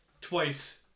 twice